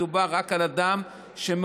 מדובר רק על אדם שמעוכב,